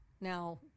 now